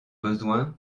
besoin